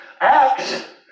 Acts